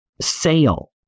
sale